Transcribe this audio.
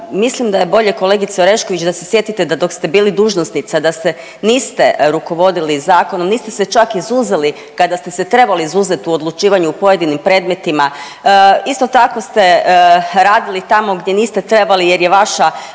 Mislim da je bolje kolegice Orešković da se sjetite da dok ste bili dužnosnica da se niste rukovodili zakonom, niste se čak izuzeli kada ste se trebali izuzet u odlučivanju u pojedinim predmetima. Isto tako ste radili tamo gdje niste trebali jer je vaša